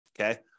okay